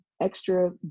extra